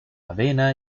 avena